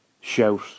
shout